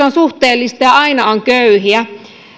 on suhteellista ja aina on köyhiä